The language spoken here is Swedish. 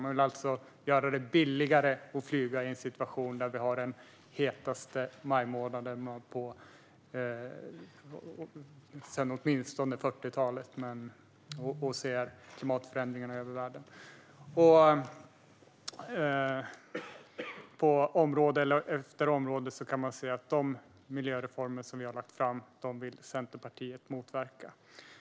Man vill alltså göra det billigare att flyga i en situation där vi har den hetaste majmånaden sedan åtminstone 40-talet och ser klimatförändringarna över världen. På område efter område kan man se att de miljöreformer som vi har lagt fram vill Centerpartiet motverka.